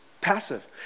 passive